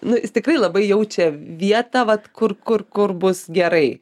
nu jis tikrai labai jaučia vietą vat kur kur kur bus gerai